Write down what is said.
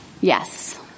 Yes